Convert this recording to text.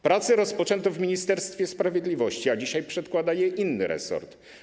Prace rozpoczęto w Ministerstwie Sprawiedliwości, a dzisiaj projekt przedkłada inny resort.